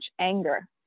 anger